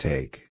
Take